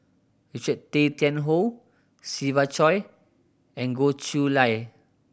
Richard Tay Tian Hoe Siva Choy and Goh Chiew Lye